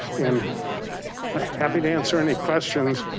and happy to answer any questions.